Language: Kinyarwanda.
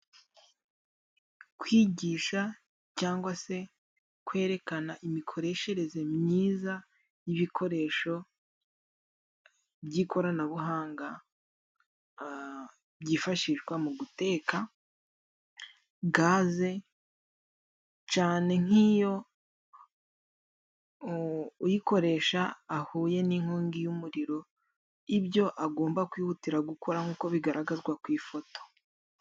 Kwigisha cyangwa se kwerekana imikoreshereze myiza y'ibikoresho by'ikoranabuhanga byifashishwa mu guteka. Gaze cane nk'iyo uyikoresha ahuye n'inkongi y'umuriro, ibyo agomba kwihutira gukora nkuko bigaragazwa ku ifoto.